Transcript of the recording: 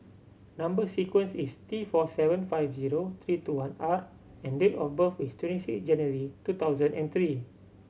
number sequence is T four seven five zero three two one R and date of birth is twenty six January two thousand and three